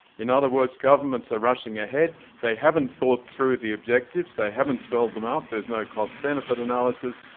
in other words, governments are rushing ahead. they haven't thought through the objectives. they haven't spelled them out. there's no cost benefit analysis.